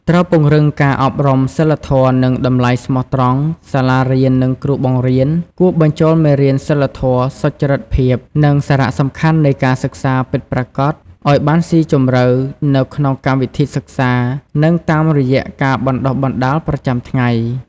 ត្រូវពង្រឹងការអប់រំសីលធម៌ និងតម្លៃស្មោះត្រង់ សាលារៀន និងគ្រូបង្រៀនគួរបញ្ចូលមេរៀនសីលធម៌ សុចរិតភាព និងសារៈសំខាន់នៃការសិក្សាពិតប្រាកដឱ្យបានស៊ីជម្រៅនៅក្នុងកម្មវិធីសិក្សា និងតាមរយៈការបណ្ដុះបណ្ដាលប្រចាំថ្ងៃ។